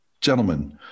Gentlemen